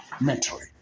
mentally